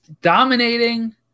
dominating